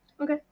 Okay